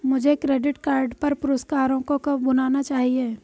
मुझे credit card पर पुरस्कारों को कब भुनाना चाहिए?